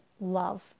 love